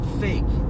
fake